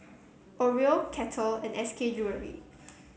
Oreo Kettle and S K Jewellery